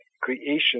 creation